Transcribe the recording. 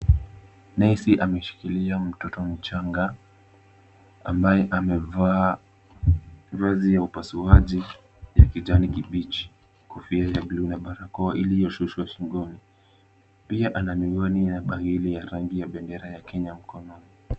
Nesi ameshikilia mtoto mchanga. Ambaye amevaa vazi ya upasuaji ya kijani kibichi, kofia ya bluu na barakoa iliyoshushwa shingoni. Pia ana miwani na bangili ya rangi ya bendera ya Kenya mkononi.